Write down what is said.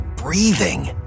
Breathing